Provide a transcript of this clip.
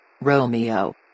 Romeo